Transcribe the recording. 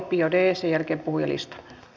sen jälkeen puhujalistaan